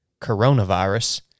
coronavirus